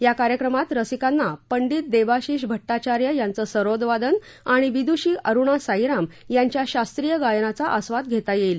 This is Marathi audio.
या कार्यक्रमात रसिकांना पंडित देबाशिष भट्टाचार्य यांचं सरोदवादन आणि विदुषी अरुणा साईराम यांच्या शास्त्रीय गायनाचा आस्वाद घेता येईल